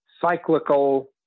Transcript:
cyclical